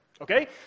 Okay